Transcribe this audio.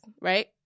right